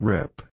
Rip